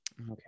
okay